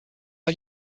are